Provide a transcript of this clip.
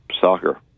soccer